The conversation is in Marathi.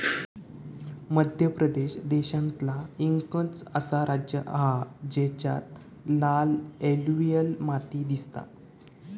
मध्य प्रदेश देशांतला एकंच असा राज्य हा जेच्यात लाल एलुवियल माती दिसता